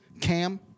Cam